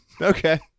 okay